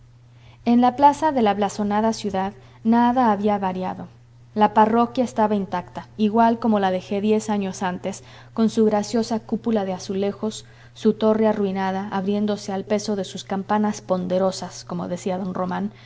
en la plaza de la blasonada ciudad nada había variado la parroquia estaba intacta igual como la dejé diez años antes con su graciosa cúpula de azulejos su torre arruinada abriéndose al peso de sus campanas ponderosas como decía don